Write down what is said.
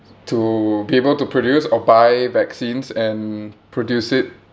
to be able to produce or buy vaccines and produce it